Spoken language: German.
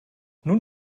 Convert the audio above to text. nun